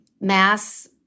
mass